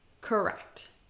Correct